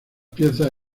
piezas